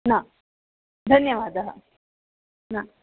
न धन्यवादः न